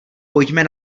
pojďme